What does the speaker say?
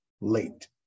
late